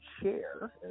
chair